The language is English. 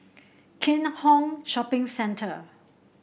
Keat Hong Shopping Centre